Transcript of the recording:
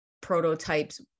prototypes